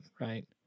right